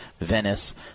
Venice